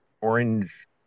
orange